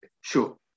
Sure